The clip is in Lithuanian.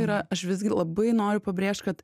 tai yra aš visgi labai noriu pabrėžt kad